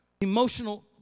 emotional